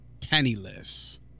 penniless